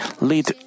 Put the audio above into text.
lead